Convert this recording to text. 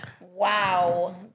wow